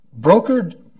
brokered